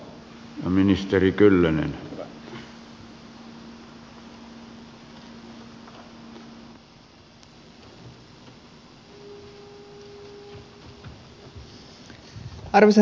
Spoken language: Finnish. arvoisa herra puhemies